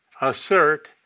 assert